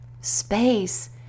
space